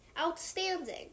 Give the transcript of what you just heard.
outstanding